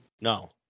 no